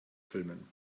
filmen